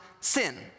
sin